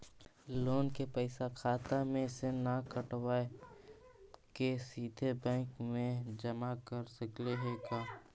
Loan के पैसा खाता मे से न कटवा के सिधे बैंक में जमा कर सकली हे का?